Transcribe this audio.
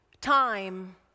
time